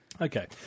okay